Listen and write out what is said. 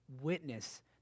witness